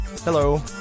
Hello